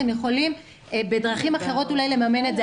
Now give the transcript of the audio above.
הם יכולים בדרכים אחרות לממן את זה,